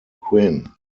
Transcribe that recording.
quinn